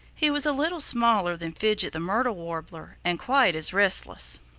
he was a little smaller than fidget the myrtle warbler and quite as restless.